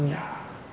mm